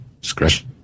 scratch